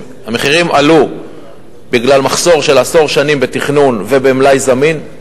המחירים עלו בגלל מחסור של עשור בתכנון ובמלאי זמין.